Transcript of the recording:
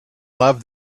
loved